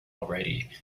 already